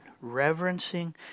reverencing